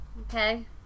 Okay